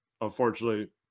unfortunately